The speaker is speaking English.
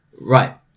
right